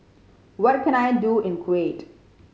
what can I do in Kuwait